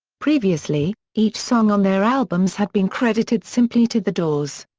previously, each song on their albums had been credited simply to the doors.